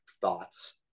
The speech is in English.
thoughts